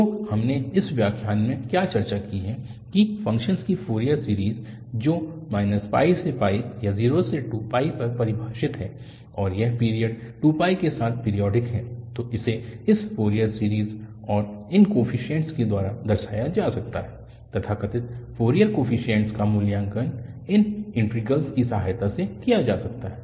तो हमने इस व्याख्यान में क्या चर्चा की है कि एक फ़ंक्शन की फ़ोरियर सीरीज़ जो π से या 0 से 2π तक परिभाषित है और यह पीरियड 2 के साथ पीरियोडिक है तो इसे इस फ़ोरियर सीरीज़ और इन कोफीशिएंट्स के द्वारा दर्शाया जा सकता है तथाकथित फ़ोरियर कोफीशिएंट्स का मूल्यांकन इन इन्टीग्रल्स की सहायता से किया जा सकता है